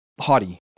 haughty